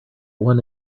one